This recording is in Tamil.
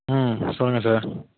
ம் சொல்லுங்கள் சார்